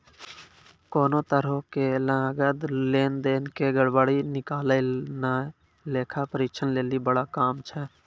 कोनो तरहो के नकद लेन देन के गड़बड़ी निकालनाय लेखा परीक्षक लेली बड़ा काम छै